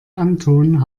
anton